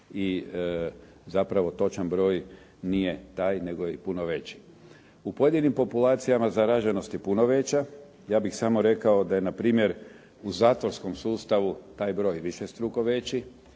i zapravo točan broj nije taj, nego je puno veći. U pojedinim populacijama zaraženost je puno veća. Ja bih samo rekao da je npr. u zatvorskom sustavu taj broj višestruko veći,